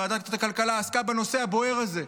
ועדת הכלכלה עסקה בנושא הבוער הזה.